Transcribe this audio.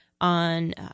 on